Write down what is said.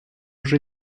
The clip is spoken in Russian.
уже